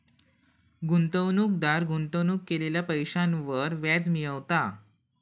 गुंतवणूकदार गुंतवणूक केलेल्या पैशांवर व्याज मिळवता